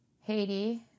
Haiti